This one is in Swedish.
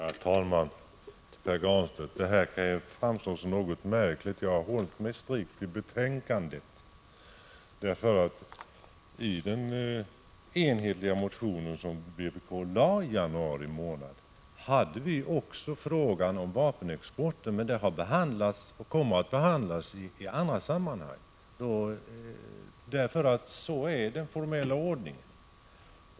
Herr talman! Pär Granstedt, detta kan framstå som något märkligt. Jag har hållit mig strikt till betänkandet. I den enhälliga motion som vpk väckte i januari tog vi även upp frågan om vapenexporten. Men denna fråga har behandlats och kommer att behandlas i andra sammanhang. Det är den formella ordningen.